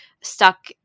stuck